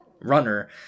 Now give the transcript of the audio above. runner